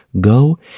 go